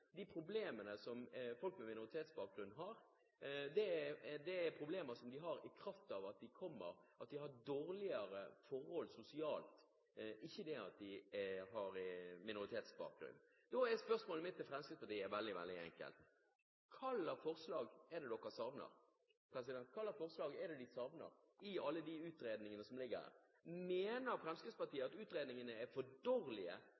problemene som folk med minoritetsbakgrunn har, er problemer som de har i kraft av at de har dårligere forhold sosialt – ikke at de har minoritetsbakgrunn. Da er spørsmålet mitt til Fremskrittspartiet veldig, veldig enkelt: Hva slags forslag er det Fremskrittspartiet savner i alle de utredningene som ligger her? Mener Fremskrittspartiet at utredningene er for dårlige, og at forslagene som fremmes i utredningene, ikke er i nærheten av de tingene som